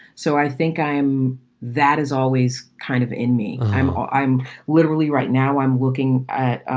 so i think i am that is always kind of in me. i'm ah i'm literally right now i'm looking at